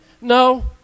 No